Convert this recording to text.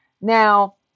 Now